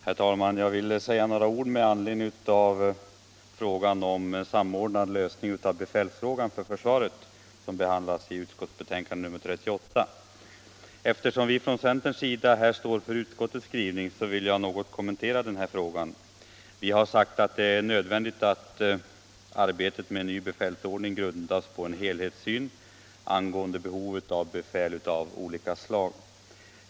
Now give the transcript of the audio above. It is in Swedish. Herr talman! Jag vill säga några ord med anledning av frågan om en samordnad lösning av befälsfrågan för försvaret, som behandlas i försvarsutskottets betänkande nr 38. Eftersom vi från centerns sida här står för utskottets skrivning, vill jag något kommentera den här frågan. Vi har sagt att det är nödvändigt att arbetet med en ny befälsordning grundas på en helhetssyn på behovet av befäl av olika slag.